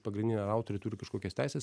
pagrindinė autoriai turi kažkokias teises